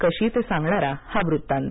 कशी ते सांगणारा हा वृत्तांत